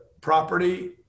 property